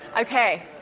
okay